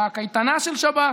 בקייטנה של שב"ס,